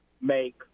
make